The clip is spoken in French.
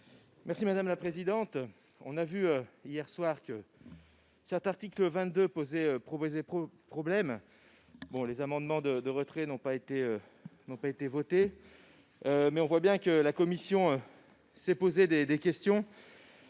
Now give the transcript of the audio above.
M. Guillaume Gontard. Nous avons vu hier soir que cet article 22 posait problème. Les amendements de suppression n'ont pas été votés, mais on voit bien que la commission s'est posé des questions